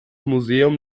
museum